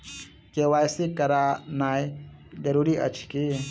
KYC करानाइ जरूरी अछि की?